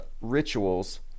rituals